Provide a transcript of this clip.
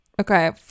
Okay